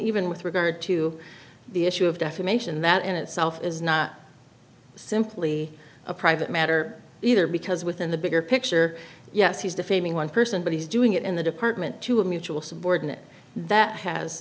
even with regard to the issue of defamation that in itself is not simply a private matter either because within the bigger picture yes he's defaming one person but he's doing it in the department to a mutual subordinate that has